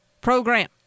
program